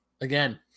again